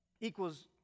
equals